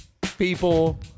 people